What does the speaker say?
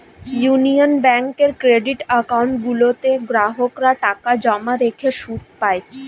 union ব্যাঙ্কের credit account গুলোতে গ্রাহকরা টাকা জমা রেখে সুদ পায়